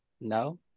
No